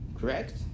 Correct